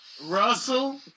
Russell